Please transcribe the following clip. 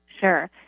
sure